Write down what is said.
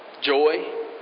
joy